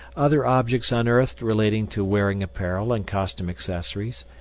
other objects unearthed relating to wearing apparel and costume accessories,